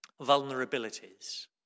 vulnerabilities